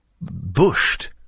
bushed